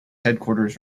headquarters